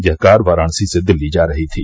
यह कार वाराणसी से दिल्ली जा रही थी